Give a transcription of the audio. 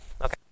Okay